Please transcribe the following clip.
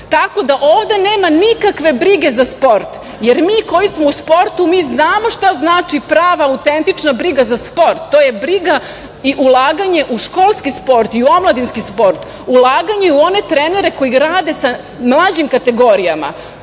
nazad. Ovde nema nikakve brige za sport, jer mi koji smo u sportu, mi znamo šta znači prava, autentična briga za sport. To je briga i ulaganje u školski sport i u omladinski sport, ulaganje u one trenere koji rade sa mlađim kategorijama.